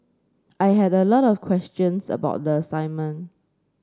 I had a lot of questions about the assignment